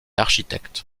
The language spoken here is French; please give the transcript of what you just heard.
architecte